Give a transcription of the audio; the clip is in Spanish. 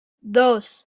dos